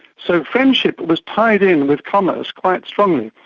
so friendship was tied in with commerce quite strongly,